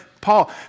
Paul